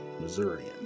Missourian